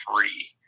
three